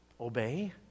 obey